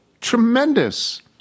tremendous